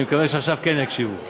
אני מקווה שעכשיו כן יקשיבו לי.